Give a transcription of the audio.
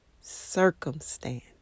circumstance